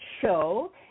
show